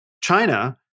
China